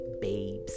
babes